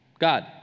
God